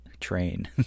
train